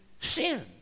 sin